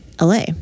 LA